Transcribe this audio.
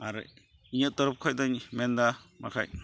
ᱟᱨ ᱤᱧᱟᱹᱜ ᱛᱚᱨᱚᱯᱷ ᱠᱷᱚᱱᱫᱚᱧ ᱢᱮᱱᱫᱟ ᱵᱟᱠᱷᱟᱱ